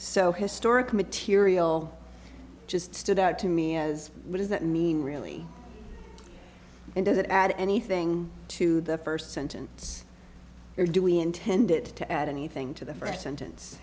so historic material just stood out to me as what does that mean really and does it add anything to the first sentence or do we intend it to add anything to the first sentence